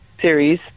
series